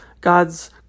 God's